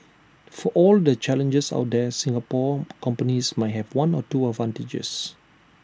for all the challenges out there Singapore companies might have one or two advantages